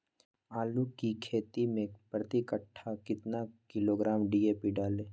आलू की खेती मे प्रति कट्ठा में कितना किलोग्राम डी.ए.पी डाले?